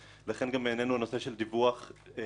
לכן גם בעינינו הנושא של דיווח אחת